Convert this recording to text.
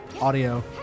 audio